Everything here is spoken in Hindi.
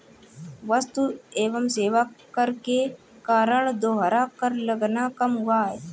वस्तु एवं सेवा कर के कारण दोहरा कर लगना कम हुआ है